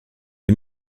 est